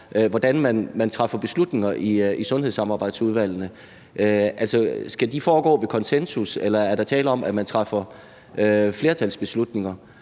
hvordan man træffer beslutninger i sundhedssamarbejdsudvalgene. Skal de foregå ved konsensus, eller er der tale om, at man træffer flertalsbeslutninger,